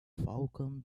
falcon